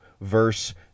verse